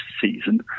season